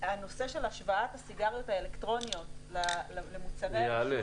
שהנושא של השוואת הסיגריות האלקטרוניות למוצרי העישון